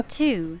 two